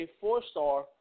four-star